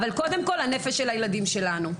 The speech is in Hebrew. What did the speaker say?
אבל קודם כל הנפש של הילדים שלנו.